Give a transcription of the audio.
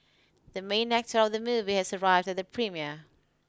the main actor of the movie has arrived at the premiere